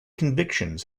convictions